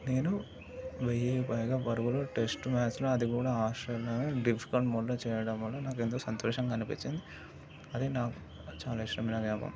నేను వేయికి పైగా పరుగులు టెస్ట్ మ్యాచ్లో అది కూడా ఆస్ట్రేలియా మీద డిఫికల్ట్ మోడ్లో చేయడం వల్ల నాకెంతో సంతోషంగా అనిపించింది అది నాకు చాలా ఇష్టమైన జ్ఞాపకం